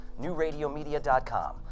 Newradiomedia.com